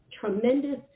tremendous